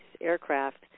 aircraft